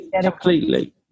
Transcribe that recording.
completely